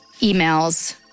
emails